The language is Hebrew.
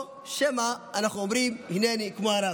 או שמא אומרים הינני, כמו הרב?